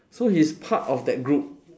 so he's part of that group